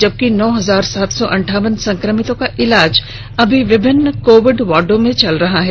जबकि नौ हजार सात सौ अंठावन संक्रमितों का इलाज विभिन्न कोविड वार्ड में चल रहा है